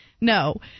No